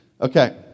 Okay